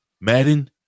Madden